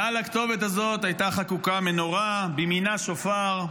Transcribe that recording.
מעל הכתובת הזאת הייתה חקוקה מנורה, מימינה שופר,